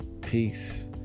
peace